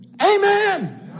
Amen